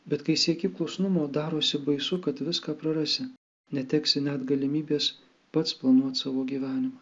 bet kai sieki klusnumo darosi baisu kad viską prarasi neteksi net galimybės pats planuot savo gyvenimą